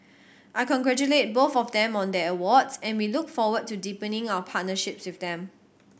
I congratulate both of them on their awards and we look forward to deepening our partnerships with them